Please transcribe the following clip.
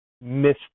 miss